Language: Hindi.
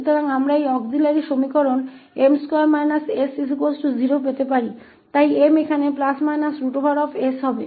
तो हम यह सहायक समीकरण m2− 𝑠 0 प्राप्त कर सकते हैं इसलिए m यहाँ ±√𝑠 होगा